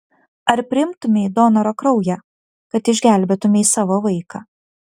ar priimtumei donoro kraują kad išgelbėtumei savo vaiką